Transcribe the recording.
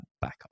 backup